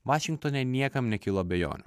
vašingtone niekam nekilo abejonių